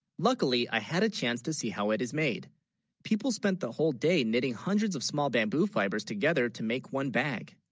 luckily i had a chance to see how it is made people spent the whole day knitting hundreds of small bamboo fibers together to make one bag